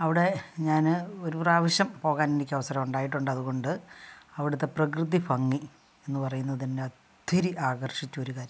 അവിടെ ഞാൻ ഒരു പ്രാവശ്യം പോകാൻ എനിക്ക് അവസരം ഉണ്ടായിട്ടുണ്ട് അതുകൊണ്ട് അവിടുത്തെ പ്രകൃതി ഭംഗി എന്ന് പറയുന്നത് എന്നെ ഒത്തിരി ആകർഷിച്ചൊരു കാര്യം